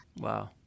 Wow